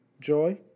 Joy